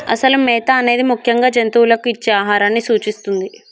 అసలు మేత అనేది ముఖ్యంగా జంతువులకు ఇచ్చే ఆహారాన్ని సూచిస్తుంది